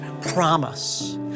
promise